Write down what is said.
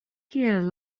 kiel